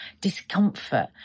discomfort